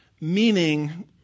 Meaning